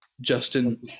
Justin